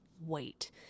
wait